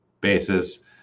basis